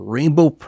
Rainbow